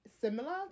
similar